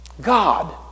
God